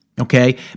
Okay